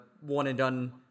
one-and-done